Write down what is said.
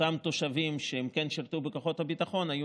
אותם תושבים שכן שירתו בכוחות הביטחון היו